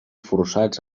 forçats